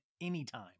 anytime